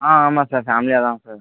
ஆ ஆமாம் சார் ஃபேமிலியாக தான் சார்